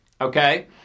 okay